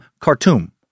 Khartoum